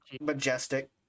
Majestic